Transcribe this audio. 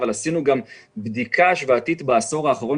אבל עשינו גם בדיקה השוואתית בעשור האחרון